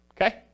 okay